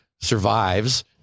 survives